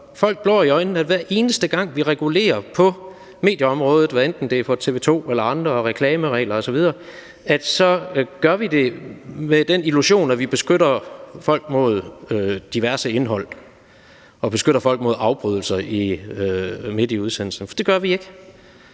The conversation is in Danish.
folk blår i øjnene, hver eneste gang vi regulerer på medieområdet. Hvad enten det gælder reklamereglerne på TV 2 eller andre reklameregler osv., gør vi det med den illusion, at vi beskytter folk mod diverse indhold og beskytter folk mod afbrydelser midt i udsendelsen. Det gør vi ikke,